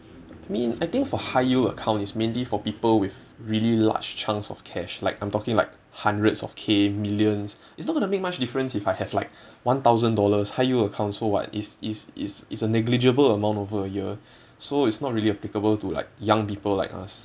I mean I think for high yield account it's mainly for people with really large chunks of cash like I'm talking like hundreds of K millions it's not going to make much difference if I have like one thousand dollars high yield account so what it's it's it's it's a negligible amount over a year so it's not really applicable to like young people like us